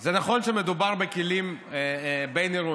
זה נכון שמדובר בכלים בין-עירוניים,